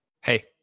hey